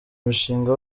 mishanga